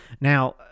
Now